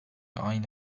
aynı